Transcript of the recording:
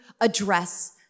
address